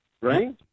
right